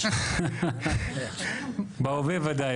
בהווה בוודאי.